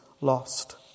lost